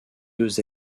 deux